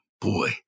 boy